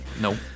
nope